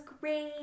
great